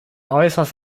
äußerst